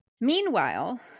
Meanwhile